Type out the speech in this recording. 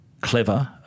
clever